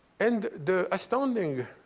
and the astounding